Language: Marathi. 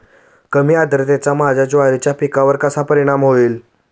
कमी आर्द्रतेचा माझ्या ज्वारी पिकावर कसा परिणाम होईल?